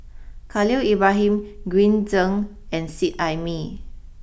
Khalil Ibrahim Green Zeng and Seet Ai Mee